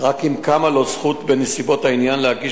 רק אם קמה לו זכות בנסיבות העניין להגיש